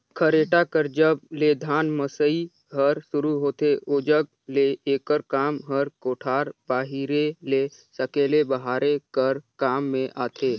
खरेटा कर जब ले धान मसई हर सुरू होथे ओजग ले एकर काम हर कोठार बाहिरे ले सकेले बहारे कर काम मे आथे